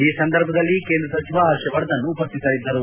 ಈ ಸಂದರ್ಭದಲ್ಲಿ ಕೇಂದ್ರ ಸಚಿವ ಹರ್ಷವರ್ಧನ್ ಉಪಸ್ಟಿತರಿದ್ದರು